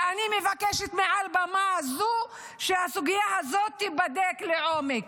ואני מבקשת מעל במה זו שהסוגיה הזאת תיבדק לעומק.